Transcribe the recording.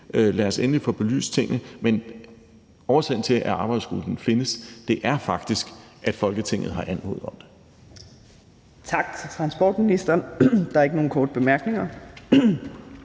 vi da endelig skal have belyst tingene. Men årsagen til, at arbejdsgruppen findes, er faktisk, at Folketinget har anmodet om det.